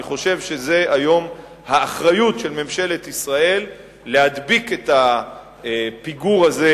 אני חושב שזו היום האחריות של ממשלת ישראל להדביק את הפיגור הזה,